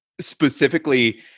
Specifically